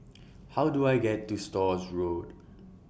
How Do I get to Stores Road